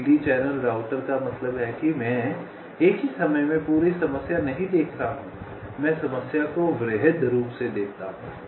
greedy channel router का मतलब है कि मैं एक ही समय में पूरी समस्या नहीं देख रहा हूं मैं समस्या को वृहद रूप से देखता हूं